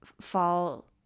fall